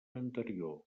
anterior